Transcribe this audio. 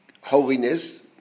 holiness